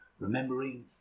remembering